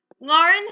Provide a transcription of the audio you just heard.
Lauren